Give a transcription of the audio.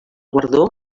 guardó